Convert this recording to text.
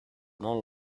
non